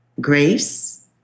grace